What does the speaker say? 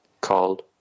called